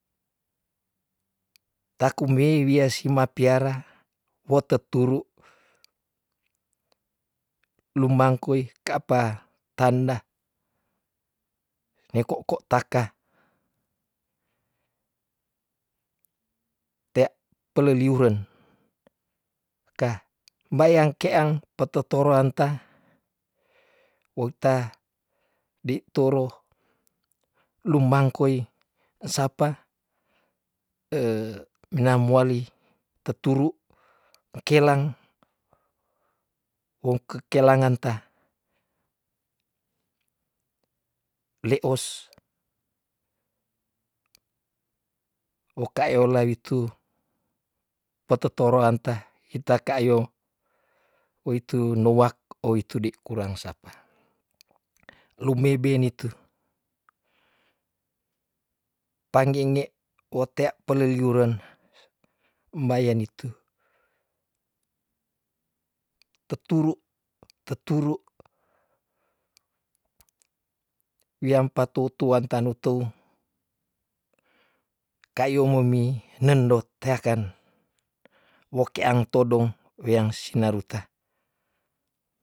Pakumei wia si mapiara woteturu lumangkui ka apa tanda ne ko'ko' taka tea peleliuren ka mbaayang keang petetoroanta wota dei toro lumangkoi sap mina moali teturu kelang wongke kelanganta leos wokayola witu petetoroaanta hita kaayo witu ndoak oh itu dei kurang sama lumeibein itu panggenge wotea peliliureen mbayan itu teturu- teturu wia pantoutuan tanutou kayo momi nendo teaken wokeaang todong weangsinaruta.